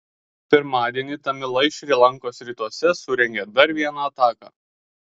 pirmadienį tamilai šri lankos rytuose surengė dar vieną ataką